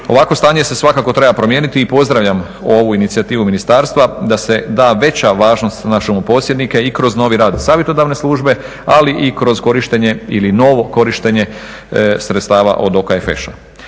Ovako se stanje svakako treba promijeniti i pozdravljam ovu inicijativu ministarstva da se da veća važnost na šumoposjednika i kroz novi rad savjetodavne službe, ali i kroz korištenje ili novo korištenje sredstava od OKFŠ-a.